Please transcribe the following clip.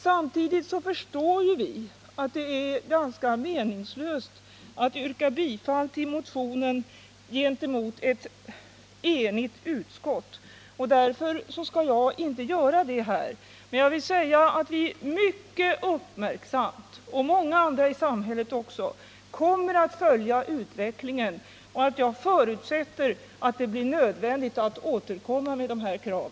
Samtidigt förstår vi att det är ganska meningslöst att mot ett enigt utskott yrka bifall till motionen, och därför skall jag inte göra det, men jag vill säga att vi och många andra i samhället mycket uppmärksamt kommer att följa utvecklingen på det här området. Jag förutsätter att det blir nödvändigt att återkomma med dessa krav.